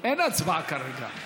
אין הצבעה כרגע.